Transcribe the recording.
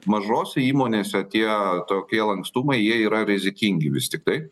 mažose įmonėse tie tokie lankstumui jie yra rizikingi vis tiktai